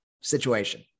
situation